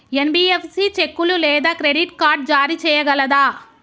NBFC చెక్కులు లేదా credit card జారీ చేయగలదా?